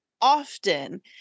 often